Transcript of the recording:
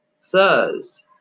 Sirs